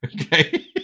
Okay